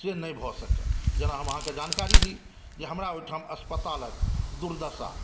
से नहि भऽ सकल जेना हम अहाँकेॅं जानकारी दी जे हमरा ओहिठाम हस्पतालक दुर्दशा